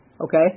Okay